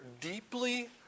deeply